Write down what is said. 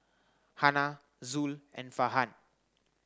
Hana Zul and Farhan